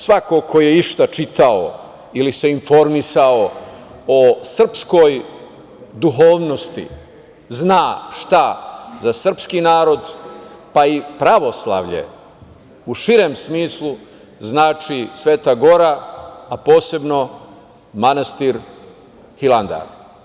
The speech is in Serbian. Svako ko je išta čitao ili se informisao o srpskoj duhovnosti zna šta za srpski narod, pa i pravoslavlje u širem smislu znači Sveta gora, a posebno manastir Hilandar.